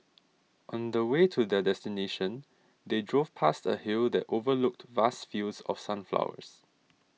on the way to their destination they drove past a hill that overlooked vast fields of sunflowers